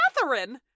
Catherine